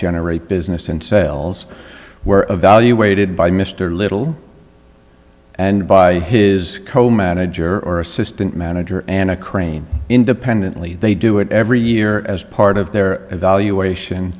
generate business and sales were evaluated by mr little and by his co manager or assistant manager and a crane independently they do it every year as part of their evaluation